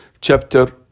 Chapter